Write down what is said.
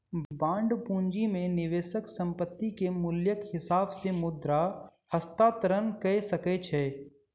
bond पूंजी में निवेशक संपत्ति के मूल्यक हिसाब से मुद्रा हस्तांतरण कअ सकै छै